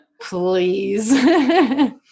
please